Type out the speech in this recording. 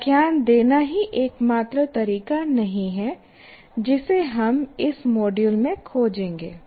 व्याख्यान देना ही एकमात्र तरीका नहीं है जिसे हम इस मॉड्यूल में खोजेंगे